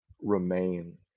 remain